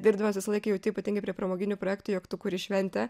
dirbdamas visąlaik jauti ypatingai prie pramoginių projektų jog tu kuri šventę